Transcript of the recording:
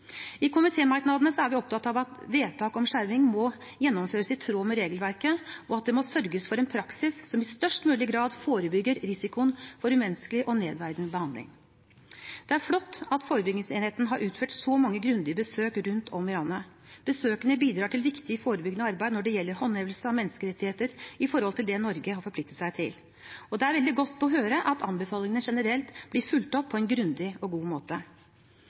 i sånne situasjoner. I komitémerknadene er vi opptatt av at vedtak om skjerming må gjennomføres i tråd med regelverket, og at det må sørges for en praksis som i størst mulig grad forebygger risikoen for umenneskelig og nedverdigende behandling. Det er flott at forebyggingsenheten har utført så mange grundige besøk rundt om i landet. Besøkene bidrar til viktig forebyggende arbeid når det gjelder håndhevelse av menneskerettigheter i forhold til det Norge har forpliktet seg til. Det er veldig godt å få høre at anbefalingene generelt blir fulgt opp på en grundig og god måte.